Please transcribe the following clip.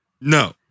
No